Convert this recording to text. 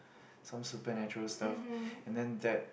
some supernatural stuff and then that